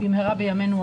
במהרה בימינו,